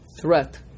threat